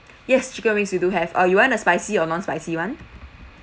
yes chicken wings we do have uh you want a spicy or non spicy [one]